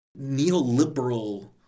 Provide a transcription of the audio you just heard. neoliberal